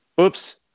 Oops